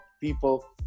people